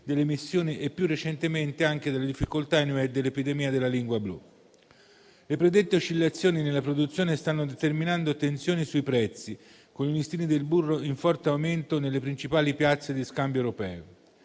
delle emissioni e, più recentemente, anche le difficoltà legate all'epidemia della lingua blu. Le predette oscillazioni nella produzione stanno determinando tensioni sui prezzi, con i listini del burro in forte aumento nelle principali piazze di scambio europeo.